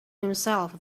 himself